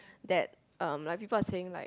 that um like people are saying like